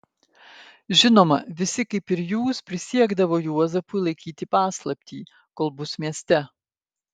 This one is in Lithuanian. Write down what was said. žinoma visi kaip ir jūs prisiekdavo juozapui laikyti paslaptį kol bus mieste